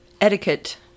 etiquette